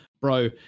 Bro